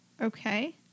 Okay